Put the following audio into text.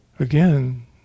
Again